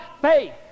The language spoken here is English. faith